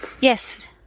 Yes